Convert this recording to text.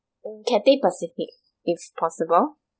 mm Cathay Pacific it's possible